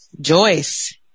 Joyce